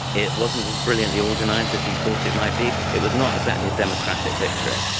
it wasn't as brilliantly organised as he thought it might be. it was not exactly a democratic victory,